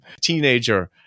teenager